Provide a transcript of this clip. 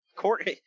Court